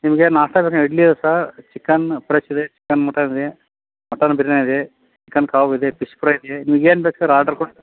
ನಿಮಗೆ ನಾಷ್ಟಾದಲ್ಲಿ ಇಡ್ಲಿ ಇದೆ ಸಾರ್ ಚಿಕನ್ ಪ್ರೆಶ್ ಇದೆ ಚಿಕನ್ ಮಟನ್ ಇದೆ ಮಟನ್ ಬಿರ್ಯಾನಿ ಇದೆ ಚಿಕನ್ ಕಬಾಬ್ ಇದೆ ಫಿಶ್ ಫ್ರೈ ಇದೆ ನಿಮ್ಗೆ ಏನು ಬೇಕು ಸರ್ ಆರ್ಡ್ರ್ ಕೊಡಿ